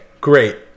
great